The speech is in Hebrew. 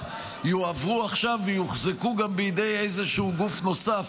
יועברו עכשיו ויוחזקו גם בידי איזשהו גוף נוסף,